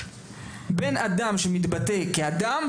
בין אדם שמתבטא כאדם,